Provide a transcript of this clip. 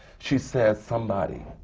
she says, somebody,